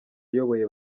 ayoboye